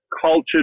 cultured